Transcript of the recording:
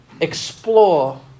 explore